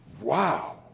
Wow